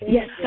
Yes